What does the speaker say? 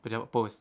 pejabat post